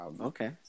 Okay